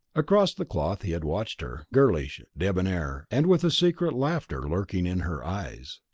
across the cloth he had watched her girlish, debonair, and with a secret laughter lurking in her eyes.